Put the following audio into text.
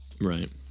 Right